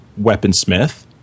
Weaponsmith